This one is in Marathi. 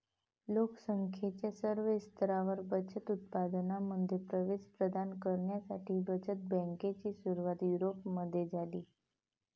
लोक संख्येच्या सर्व स्तरांवर बचत उत्पादनांमध्ये प्रवेश प्रदान करण्यासाठी बचत बँकेची सुरुवात युरोपमध्ये झाली